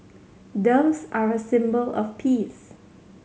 doves are a symbol of peace